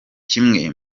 kimwe